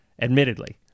admittedly